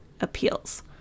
appeals